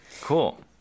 cool